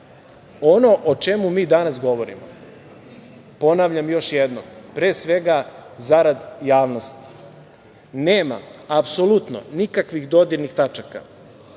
ono o čemu mi danas govorimo, ponavljam još jednom, pre svega zarad javnosti, nema apsolutno nikakvih dodirnih tačaka